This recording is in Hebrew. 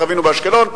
וחווינו באשקלון,